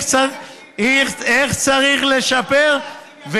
איך צריך לשפר,